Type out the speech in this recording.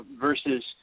versus